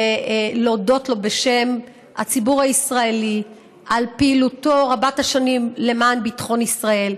ולהודות לו בשם הציבור הישראלי על פעילותו רבת השנים למען ביטחון ישראל,